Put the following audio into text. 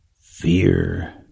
Fear